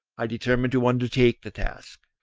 i determined to undertake the task.